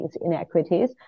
inequities